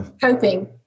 coping